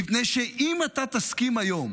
מפני שאם אתה תסכים היום